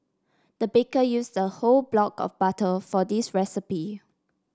the baker use a whole block of butter for this recipe